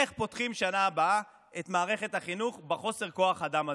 איך פותחים בשנה הבאה את מערכת החינוך בחוסר כוח האדם הזה?